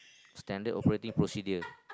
Standard operating procedure